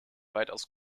weitaus